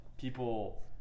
people